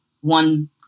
one